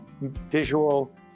visual